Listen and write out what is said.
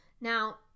Now